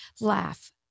laugh